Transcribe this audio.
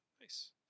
nice